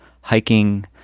hiking